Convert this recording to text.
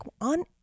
on